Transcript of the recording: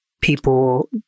people